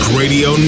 radio